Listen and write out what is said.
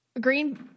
green